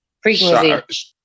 frequency